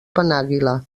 penàguila